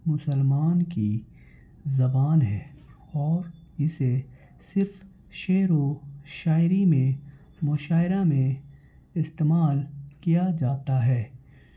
مسلمان کی زبان ہے اور اسے صرف شعر و شاعری میں مشاعرہ میں استعمال کیا جاتا ہے